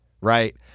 right